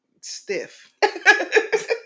Stiff